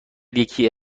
یکی